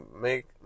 Make